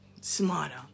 smarter